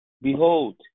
behold